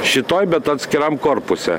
šitoj bet atskiram korpuse